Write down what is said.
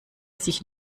sich